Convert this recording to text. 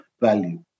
value